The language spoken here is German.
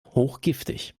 hochgiftig